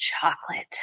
chocolate